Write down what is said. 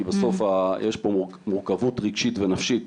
כי בסוף יש פה מורכבות רגשית ונפשית